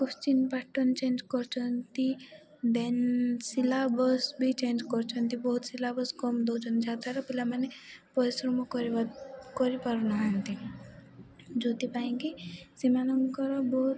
question pattern change କରୁଚନ୍ତି then syllabus ବି change କରୁଛନ୍ତି ବହୁତ ସିଲାବସ୍ କମ୍ ଦେଉଛନ୍ତି ଯାହାଦ୍ୱାରା ପିଲାମାନେ ପରିଶ୍ରମ କରିପାରୁନାହାଁନ୍ତି ଯେଉଁଥିପାଇଁ କି ସେମାନଙ୍କର ବହୁତ